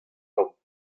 tamm